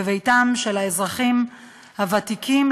בבתיהם של האזרחים הוותיקים,